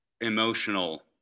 emotional